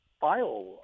file